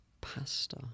Pasta